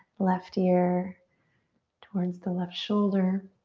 left ear towards the left shoulder.